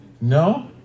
no